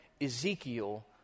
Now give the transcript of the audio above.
Ezekiel